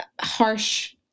harsh